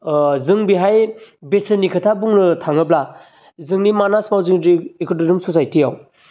जों बेहाय बेसेननि खोथा बुंनो थाङोब्ला जोंनि मानास मावजिगिन्द्रि एकोदोजम सचाइटियाव